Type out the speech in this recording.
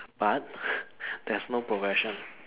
but there's no progression